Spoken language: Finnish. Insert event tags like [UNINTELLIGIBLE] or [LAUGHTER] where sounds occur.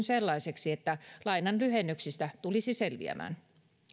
[UNINTELLIGIBLE] sellaiseksi että lainanlyhennyksistä tulisi selviämään